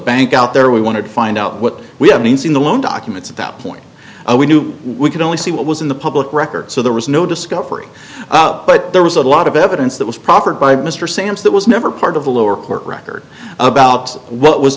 bank out there we wanted to find out what we haven't seen the loan documents at that point we knew we could only see what was in the public record so there was no discovery but there was a lot of evidence that was proffered by mr sams that was never part of the lower court record about what was